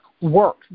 work